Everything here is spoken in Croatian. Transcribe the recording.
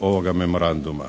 ovoga memoranduma.